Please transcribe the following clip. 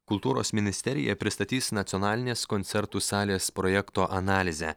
kultūros ministerija pristatys nacionalinės koncertų salės projekto analizę